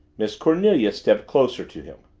miss cornelia stepped closer to him.